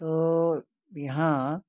तो यहाँ